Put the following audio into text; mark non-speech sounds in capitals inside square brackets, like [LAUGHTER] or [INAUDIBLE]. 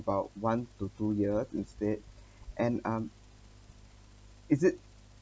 about one to two years instead [BREATH] and um is it